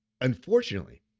Unfortunately